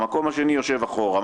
המקום השני יושב אחורה,